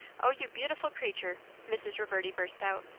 o you beautiful creature! mrs. reverdy burst out.